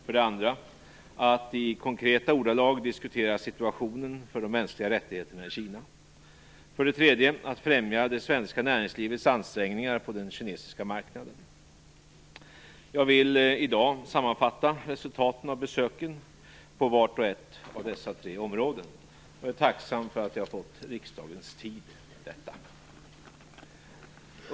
För det andra att i konkreta ordalag diskutera situationen för de mänskliga rättigheterna i Kina. För det tredje att främja det svenska näringslivets ansträngningar på den kinesiska marknaden. Jag vill i dag sammanfatta resultaten av besöket på vart och ett av dessa tre områden. Jag är tacksam för att jag har fått riksdagens tid till detta.